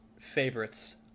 favorites